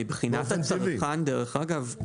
מבחינת הצרכן דרך אגב,